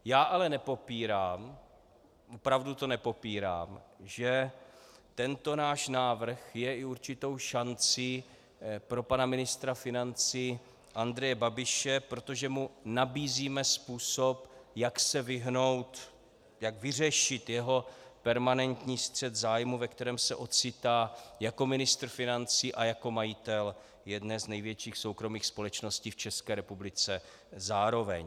Já ale nepopírám, opravdu to nepopírám, že tento náš návrh je i určitou šancí pro pana ministra financí Andreje Babiše, protože mu nabízíme způsob, jak vyřešit jeho permanentní střet zájmů, ve kterém se ocitá jako ministr financí a jako majitel jedné z největších soukromých společností v České republice zároveň.